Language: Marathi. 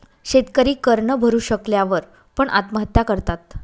शेतकरी कर न भरू शकल्या वर पण, आत्महत्या करतात